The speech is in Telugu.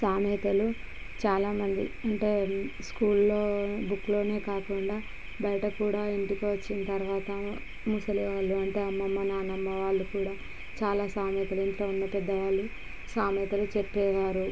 సామెతలు చాలామంది అంటే స్కూల్లో బుక్లోనే కాకుండా బయట కూడా ఇంటికి వచ్చిన తర్వాతా ముసలివాళ్ళు అంటే అమ్మమ్మ నాన్నమ్మ వాళ్ళు కూడా చాలా సామెతలు ఇంట్లో ఉన్నపెద్దవాళ్ళు సామెతలు చెప్పేవారు